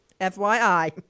FYI